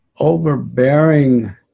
Overbearing